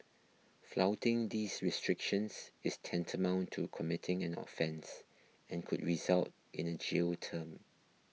flouting these restrictions is tantamount to committing an offence and could result in a jail term